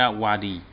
wadi